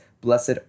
blessed